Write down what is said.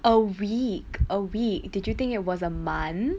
a week a week did you think it was a month